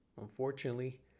Unfortunately